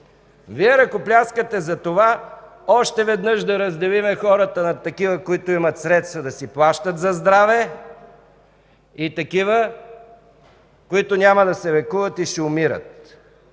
Вие ръкопляскате за това още веднъж да разделим хората на такива, които имат средства да си плащат за здраве, и такива, които няма да се лекуват и ще умират.